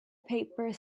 paper